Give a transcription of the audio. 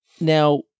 now